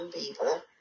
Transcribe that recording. people